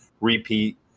repeat